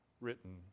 written